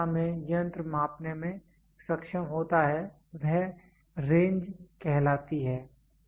जिस क्षमता में यंत्र मापने में सक्षम होता है वह रेंज कहलाती है